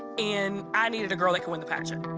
and i needed a girl that can win the pageant.